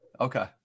Okay